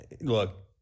Look